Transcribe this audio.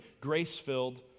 grace-filled